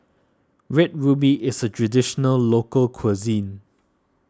Red Ruby is a Traditional Local Cuisine